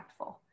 impactful